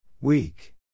Weak